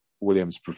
williams